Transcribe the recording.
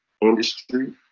industry